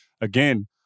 again